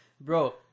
bro